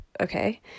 okay